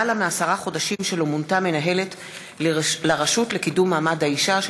למעלה מעשרה חודשים לא מונתה מנהלת לרשות לקידום מעמד האישה.